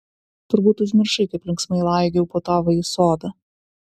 turbūt užmiršai kaip linksmai laigiau po tavąjį sodą